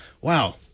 wow